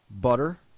butter